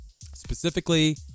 Specifically